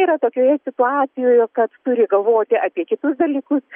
yra tokioje situacijoje kad turi galvoti apie kitus dalykus